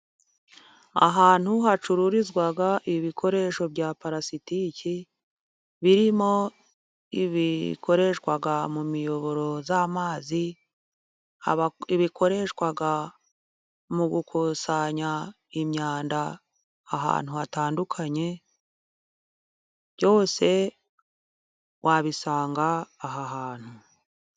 Ahantu hacururizwa ibikoresho bya palasitiki, birimo ibikoreshwa mu miyoboro y'amazi, ibikoreshwa mu gukusanya imyanda ahantu hatandukanye, byose wabisanga aha hantu.